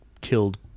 killed